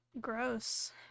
gross